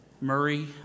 Murray